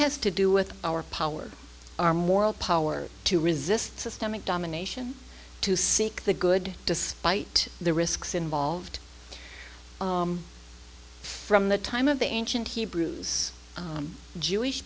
has to do with our power our moral power to resist systemic domination to seek the good despite the risks involved from the time of the ancient hebrews jewish